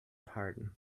pardon